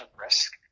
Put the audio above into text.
risk